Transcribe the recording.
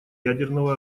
ядерного